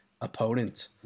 opponent